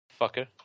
fucker